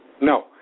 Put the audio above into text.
No